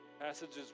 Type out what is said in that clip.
Passages